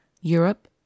Europe